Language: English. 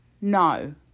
No